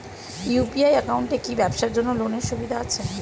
UPI একাউন্টে কি ব্যবসার জন্য লোনের সুবিধা আছে?